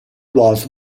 was